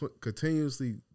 continuously